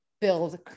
build